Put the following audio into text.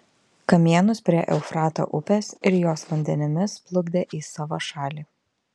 kamienus prie eufrato upės ir jos vandenimis plukdė į savo šalį